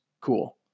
cool